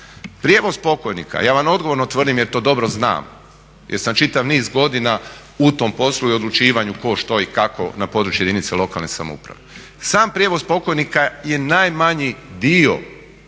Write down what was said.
Prijevoz pokojnika, ja vam odgovorno tvrdim jer to dobro znam, jer sam čitav niz godina u tom poslu i odlučivanju tko, što i kako na području jedinice lokalne samouprave. Sam prijevoz pokojnika je najmanji dio